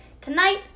Tonight